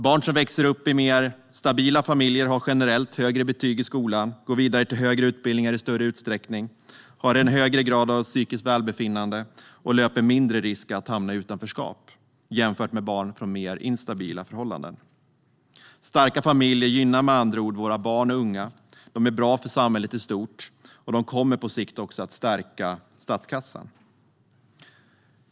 Barn som växer upp i stabila familjer har generellt högre betyg i skolan, går vidare till högre utbildningar i större utsträckning, har en högre grad av psykiskt välbefinnande och löper mindre risk att hamna i utanförskap jämfört med barn från mer instabila förhållanden. Starka familjer gynnar med andra ord våra barn och unga. De är bra för samhället i stort, och de kommer på sikt också att stärka statskassan.